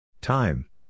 Time